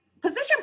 Position